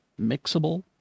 mixable